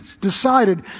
decided